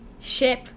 Ship